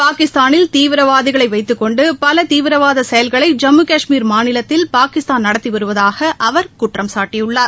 பாகிஸ்தானில் தீவிரவாதிகளை வைத்துக்கொண்டு பல தீவிரவாத செயல்களை ஜம்மு கஷ்மீர் மாநிலத்தில் பாகிஸ்தான் நடத்தி வருவதாக அவர் குற்றம்சாட்டியுள்ளார்